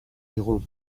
digu